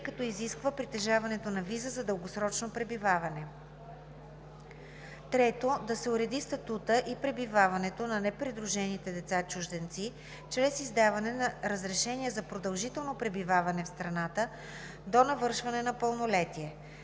като изисква притежаването на виза за дългосрочно пребиваване. 3. Да се уреди статутът и пребиваването на непридружените деца чужденци чрез издаване на разрешение за продължително пребиваване в страната до навършване на пълнолетие.